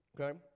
Okay